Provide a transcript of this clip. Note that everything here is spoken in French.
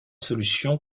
solutions